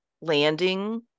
landing